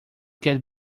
get